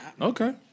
Okay